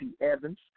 Evans